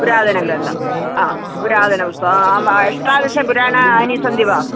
पुरातनग्रन्थः पुरातनपुस्तकं अष्टादशपुराणानि सन्ति वा